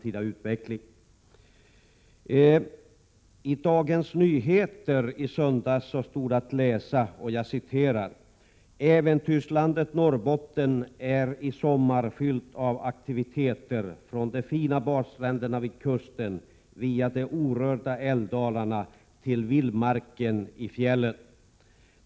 I Dagens Nyheter i söndags stod att läsa: ”Äventyrslandet Norrbotten är i sommar fyllt av aktiviteter från de fina badstränderna vid kusten, via de orörda älvdalarna till vildmarken i fjällen.